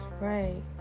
right